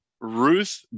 Ruth